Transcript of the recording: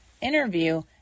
interview